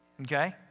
Okay